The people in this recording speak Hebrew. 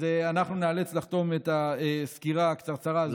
אז אנחנו ניאלץ לחתום את הסקירה הקצרצרה כאן,